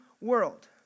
world